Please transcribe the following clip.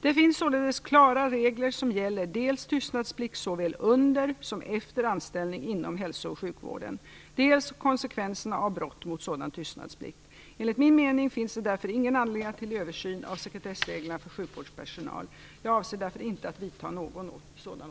Det finns således klara regler som gäller dels tystnadsplikt såväl under som efter anställning inom hälso och sjukvården, dels konsekvenserna av brott mot sådan tystnadsplikt. Enligt min mening finns det därför ingen anledning till översyn av sekretessreglerna för sjukvårdspersonal. Jag avser därför inte att vidta någon sådan.